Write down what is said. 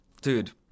dude